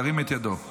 ירים את ידו.